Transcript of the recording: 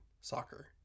soccer